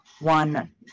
one